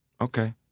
Okay